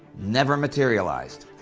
never materialized.